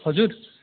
हजुर